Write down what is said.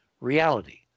reality